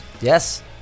Yes